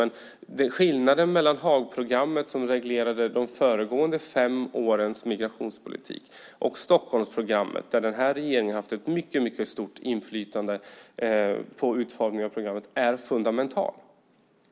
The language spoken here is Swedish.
Men skillnaden mellan Haagprogrammet, som reglerade de föregående fem årens migrationspolitik, och Stockholmsprogrammet, där denna regering har haft ett mycket stort inflytande på utformningen av programmet, är fundamental.